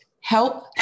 help